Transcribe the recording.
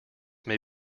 may